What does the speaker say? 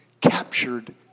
captured